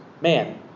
man